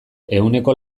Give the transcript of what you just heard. ehuneko